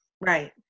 right